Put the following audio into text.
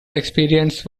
experience